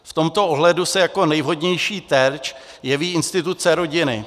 V tomto ohledu se jako nejvhodnější terč jeví instituce rodiny.